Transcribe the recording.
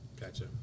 Gotcha